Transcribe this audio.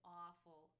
awful